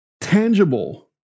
tangible